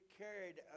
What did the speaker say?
carried